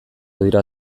dira